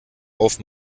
auf